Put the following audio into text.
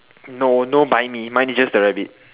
no buy me mine is just the rabbit